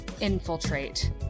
infiltrate